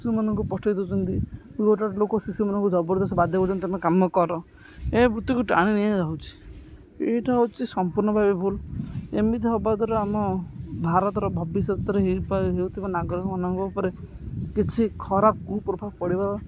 ଶିଶୁମାନଙ୍କୁ ପଠାଇ ଦଉଛନ୍ତି ଗୋଟେ ଗୋଟେ ଲୋକ ଶିଶୁମାନଙ୍କୁ ଜବରଦସ୍ତ ବାଧ୍ୟ କରୁଛନ୍ତି ତୁମେ କାମ କର ଏ ବୃତ୍ତିକୁ ଟାଣି ନିଆଯାଉଛିି ଏଇଟା ହେଉଛି ସମ୍ପୂର୍ଣ୍ଣ ଭାବେ ଭୁଲ ଏମିତି ହବା ଦ୍ୱାରା ଆମ ଭାରତର ଭବିଷ୍ୟତରେ ହେଉଥିବା ହେଉଥିବା ନାଗରିକମାନଙ୍କ ଉପରେ କିଛି ଖରାପ କୁ ପ୍ରଭାବ ପଡ଼ିବ